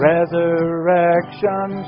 Resurrection